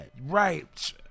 right